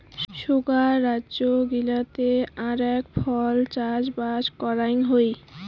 সোগায় রাজ্য গিলাতে আরাক ফল চাষবাস করাং হই